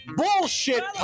bullshit